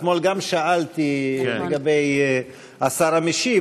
ואתמול גם שאלתי לגבי השר המשיב,